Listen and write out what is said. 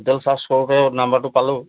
hotel search কৰোঁতে নাম্বাৰটো পালোঁ